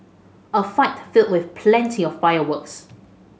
a fight filled with plenty of fireworks